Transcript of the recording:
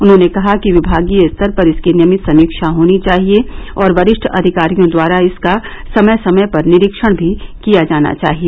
उन्होंने कहा कि विभागीय स्तर पर इसकी नियमित समीक्षा होनी चाहिए और वरिष्ठ अधिकारियों द्वारा इसका समय समय पर निरीक्षण भी किया जाना चाहिए